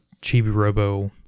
Chibi-Robo